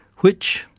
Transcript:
which,